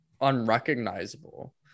unrecognizable